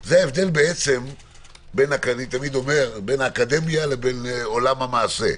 זה ההבדל בין האקדמיה לבין עולם המעשה.